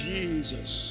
Jesus